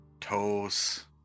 Toes